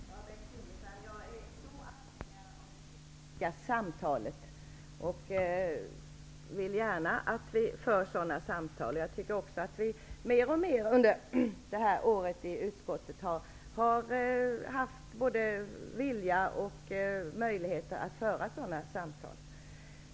Herr talman! Jag är varm anhängare av politiska samtal och vill gärna att sådana samtal förs. Jag tycker också att vi i utskottet mer och mer under det här året har haft både vilja och möjligheter att föra sådana samtal.